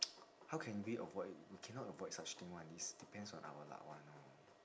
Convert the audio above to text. how can we avoid we cannot avoid such things one it's depends on our luck one lor